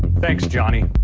thanks, johny.